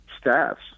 staffs